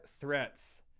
threats